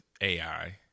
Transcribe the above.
AI